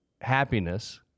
happiness